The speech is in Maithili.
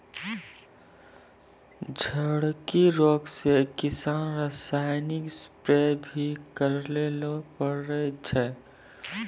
झड़की रोग से किसान रासायनिक स्प्रेय भी करै ले पड़ै छै